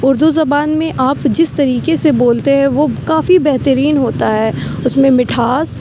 اردو زبان میں آپ جس طریقے سے بولتے ہیں وہ کافی بہترین ہوتا ہے اس میں مٹھاس